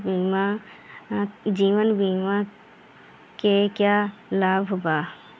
जीवन बीमा के का लाभ बा?